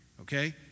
okay